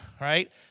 right